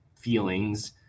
feelings